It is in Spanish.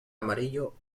amarillo